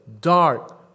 dark